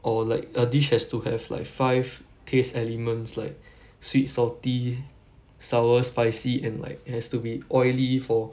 or like a dish has to have like five taste elements like sweet salty sour spicy and like has to be oily for